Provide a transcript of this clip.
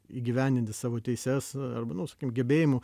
įgyvendinti savo teises arba nu sakykim gebėjimų